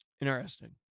Interesting